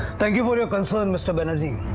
thank you for your concern, mr. banerjee.